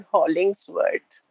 Hollingsworth